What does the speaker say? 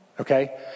okay